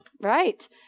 right